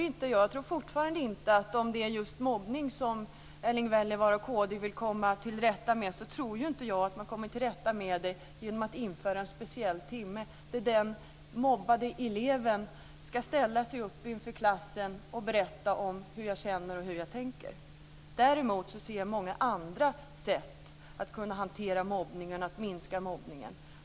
Och om det är just mobbning som Erling Wälivaara och kristdemokraterna vill komma till rätta med så tror jag fortfarande inte att man kommer till rätta med detta genom att införa en speciell timme där den mobbade eleven ska ställa sig upp inför klassen och berätta om hur han eller hon känner och tänker. Däremot ser jag många andra sätt när det gäller möjligheterna att hantera mobbningen och att minska mobbningen.